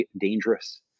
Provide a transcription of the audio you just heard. dangerous